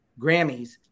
Grammys